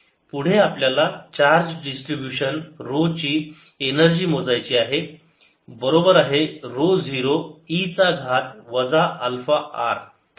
W02R770Q2R72R870Q27π0R पुढे आपल्याला charge distribution rho ची एनर्जी मोजायचे आहे बरोबर आहे ऱ्हो 0 e चा घात वजा अल्फा r